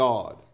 God